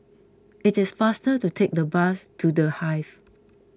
it is faster to take the bus to the Hive